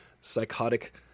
psychotic